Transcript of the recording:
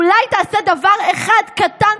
אולי תעשה דבר אחד קטן,